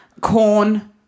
Corn